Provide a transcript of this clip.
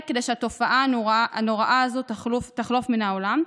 כדי שהתופעה הנוראה הזאת תחלוף מן העולם.